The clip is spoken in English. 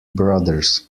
brothers